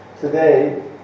today